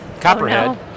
copperhead